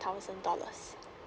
thousand dollars